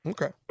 Okay